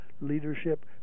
leadership